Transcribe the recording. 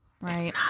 right